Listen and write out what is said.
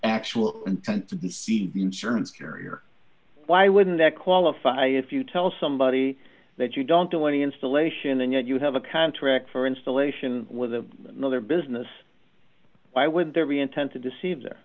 the insurance carrier why wouldn't that qualify if you tell somebody that you don't own any installation and yet you have a contract for installation with the other business why would there be intent to deceive there